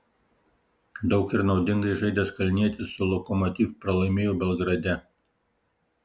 daug ir naudingai žaidęs kalnietis su lokomotiv pralaimėjo belgrade